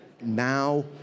now